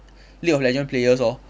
league of legend players lor